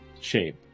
shape